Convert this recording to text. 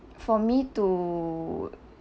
for me to